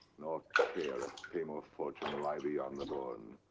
nor care if fame or fortune lie beyond the bourne.